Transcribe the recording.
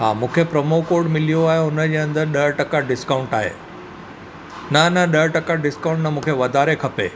हा मूंखे promo code मिलियो आहे हुन जे अंदरि ॾह टका डिस्काउंट आहे न न ॾह टका डिस्काउंट न मूंखे वधारे खपे